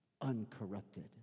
uncorrupted